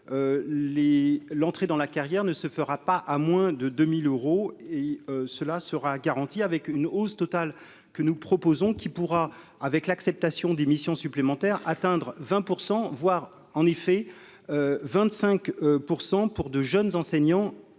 l'entrée dans la carrière ne se fera pas à moins de deux mille euros et cela sera garantie, avec une hausse totale que nous proposons, qui pourra, avec l'acceptation des missions supplémentaires atteindre 20 % voire en effet 25 % pour de jeunes enseignants